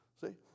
See